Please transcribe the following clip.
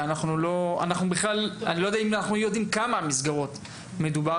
ואני לא יודע אם אנחנו יודעים בכמה מסגרות מדובר.